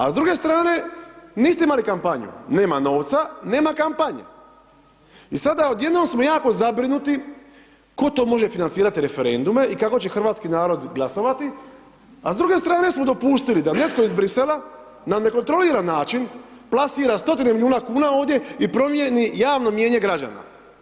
A s druge strane niste imali kampanju, nema novca, nema kampanje i sada odjednom smo jako zabrinuti tko to može financirati referendume i kako će hrvatski narod glasovati, a s druge strane smo dopustili da netko iz Bruxellesa na nekontroliran način plasira stotine milijuna kuna ovdje i promijeni javno mijenje građana.